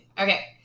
Okay